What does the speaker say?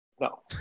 No